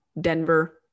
Denver